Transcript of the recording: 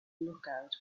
lookout